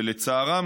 ולצערם,